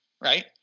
right